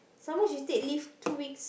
some more she take leave two weeks